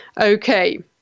Okay